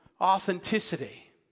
authenticity